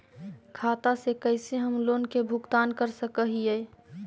खाता से कैसे हम लोन के भुगतान कर सक हिय?